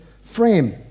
frame